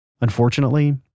Unfortunately